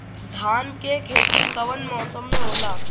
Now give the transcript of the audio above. धान के खेती कवन मौसम में होला?